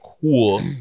cool